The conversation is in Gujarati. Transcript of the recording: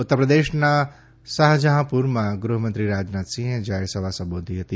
ઉત્તરપ્રદેશના શાફજફાઁપુરમાં ગૃફમંત્રી રાજનાથસિંફે જાફેર સભા સંબોધી ફતી